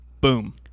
Boom